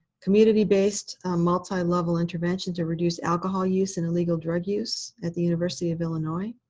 community-based multi-level intervention to reduce alcohol use and illegal drug use at the university of illinois.